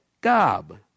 Gob